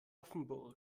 offenburg